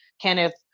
Kenneth